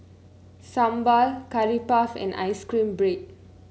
sambal Curry Puff and ice cream bread